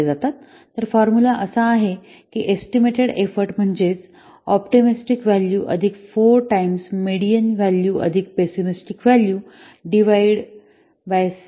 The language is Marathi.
तर फॉर्मुला असा आहे की एस्टीमेटेड एफर्ट म्हणजे ऑप्टिमिस्टिक व्हॅल्यू अधिक फोर टाइम्स मेडिअन व्हॅल्यू अधिक pessimistic value divide six bye